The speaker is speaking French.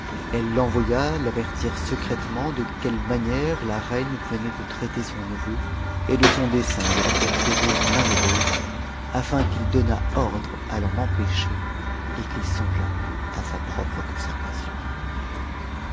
elle envoya l'avertir secrètement quelle manière la reine venait de traiter son neveu et de son dessein es faire périr l'un et l'autre afin qu'il donnât ordre à l'en empêcher et qu'il songeât a sa propre conservation